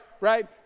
Right